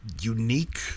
unique